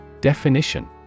Definition